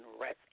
rest